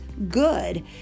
good